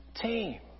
team